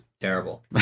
Terrible